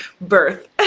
birth